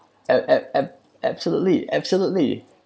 ab~ ab~ ab~ absolutely absolutely